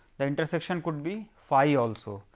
the intersection could be phi also.